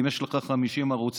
אם יש לך 50 ערוצים,